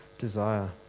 desire